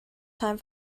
time